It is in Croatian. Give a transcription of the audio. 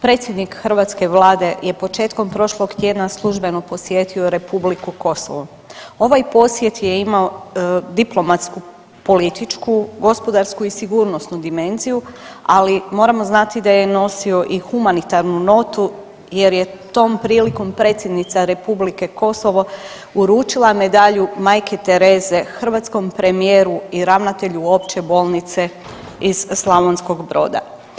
Predsjednik hrvatske Vlade je početkom prošlog tjedna službeno posjetio Republiku Kosovo, ovaj posjet je imao diplomatsko-političku, gospodarsku i sigurnosnu dimenziju, ali moramo znati da je nosio i humanitarnu notu jer je tom prilikom predsjednica Republike Kosovo uručila medalju Majke Tereze hrvatskom premijeru i ravnatelju Opće bolnice iz Slavonskog Broda.